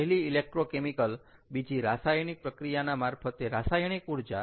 પહેલી ઇલેક્ટ્રોકેમિકલ બીજી રાસાયણિક પ્રક્રિયાના મારફતે રાસાયણિક ઊર્જા